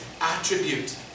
attribute